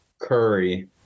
Curry